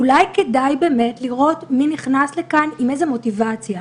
אולי באמת כדאי לבדוק מי נכנס לכאן ועם איזו מוטיבציה.